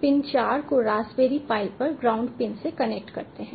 pin चार को raspberry pi पर ग्राउंड पिन से कनेक्ट करते हैं